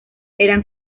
eran